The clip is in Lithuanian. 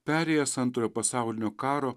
perėjęs antrojo pasaulinio karo